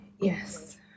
Yes